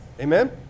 Amen